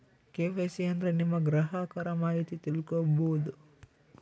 KYC ಅಂದ್ರೆ ನಿಮ್ಮ ಗ್ರಾಹಕರ ಮಾಹಿತಿ ತಿಳ್ಕೊಮ್ಬೋದು